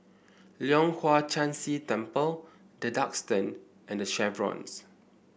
Leong Hwa Chan Si Temple The Duxton and The Chevrons